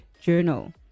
journal